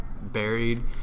buried